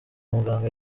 muganga